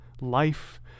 life